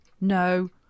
No